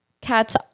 cats